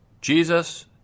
Jesus